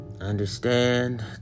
understand